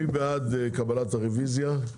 מי בעד קבלת הרוויזיה?